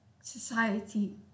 society